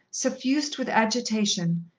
suffused with agitation,